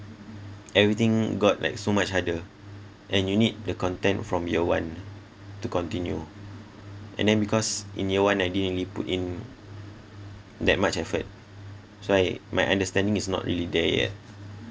everything got like so much harder and you need the content from year one to continue and then because in year one I didn't really put in that much effort so I my understanding is not really there yet